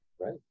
Right